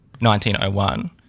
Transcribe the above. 1901